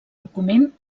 document